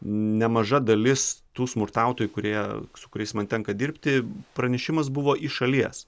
nemaža dalis tų smurtautojų kurie su kuriais man tenka dirbti pranešimas buvo į šalies